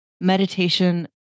Meditation